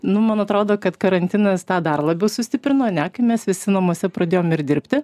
nu man atrodo kad karantinas tą dar labiau sustiprino ane kai mes visi namuose pradėjom ir dirbti